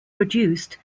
produced